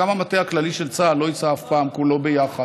גם המטה הכללי של צה"ל לא ייסע אף פעם כולו ביחד.